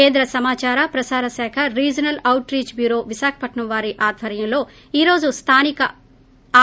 కేంద్ర సమాచార ప్రసార శాఖ regional outreach bureau Visakhapatnam వారి అధ్వర్యంలో ఈ రోజు స్థానిక ఆర్